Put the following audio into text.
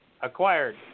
acquired